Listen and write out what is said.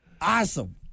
Awesome